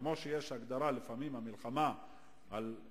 כמו שיש הגדרה לפעמים במלחמה נגד